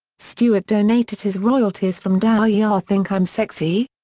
stewart donated his royalties from da ya think i'm sexy?